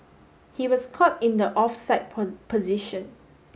he was caught in the offside position